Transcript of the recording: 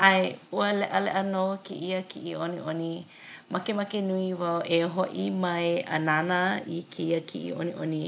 ʻAe ua leʻaleʻa nō kēia kiʻi ʻoniʻoni. Makemake nui wau e hoʻi mai a nānā i kēia kiʻi ʻoniʻoni